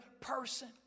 person